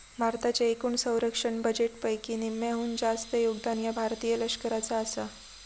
भारताच्या एकूण संरक्षण बजेटपैकी निम्म्याहून जास्त योगदान ह्या भारतीय लष्कराचा आसा